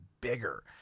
bigger